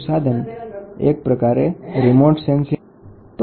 તો પહેલાના દિવસોમાં પાયરોમીટર દ્વારા તાપમાન મપાતુ હતુ